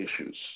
issues